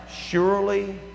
surely